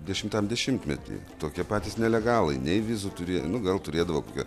dešimtam dešimtmety tokie patys nelegalai nei vizų turė nu gal turėdavo kokią